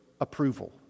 approval